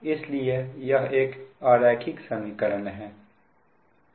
इसलिए यह एक अरैखिक समीकरण है